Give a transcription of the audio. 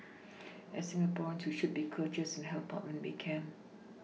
as Singaporeans we should be courteous and help out when we can